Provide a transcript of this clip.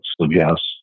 suggest